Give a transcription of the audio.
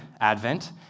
Advent